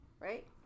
right